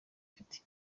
ifite